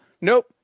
Nope